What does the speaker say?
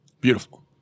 Beautiful